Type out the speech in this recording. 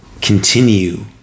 Continue